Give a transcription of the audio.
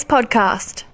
Podcast